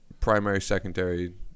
primary-secondary